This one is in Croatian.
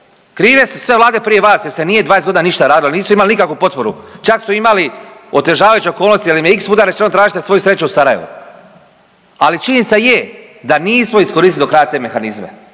Krive su sve vlade prije vas jer se nije 20 godina ništa radilo, nisu imali nikakvu potporu čak su imali otežavajuće okolnosti jer im je x puta rečeno tražite svoju sreću u Sarajevu. Ali činjenica je da nismo iskoristili do kraja te mehanizme.